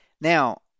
Now